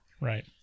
Right